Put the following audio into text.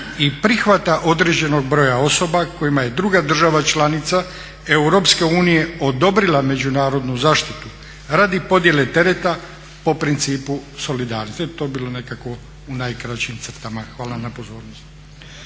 i prihvata određenog broja osoba kojima je druga država članica Europske unije odobrila međunarodnu zaštitu radi podjele tereta po principu solidarnosti. To bi bilo nekako u najkraćim crtama. Hvala na pozornosti.